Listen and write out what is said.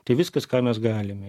tai viskas ką mes galime